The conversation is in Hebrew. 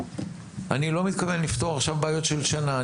אני לא מתכוון לפתור עכשיו בעיות של שנה,